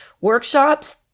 workshops